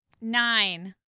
Nine